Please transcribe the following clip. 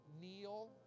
kneel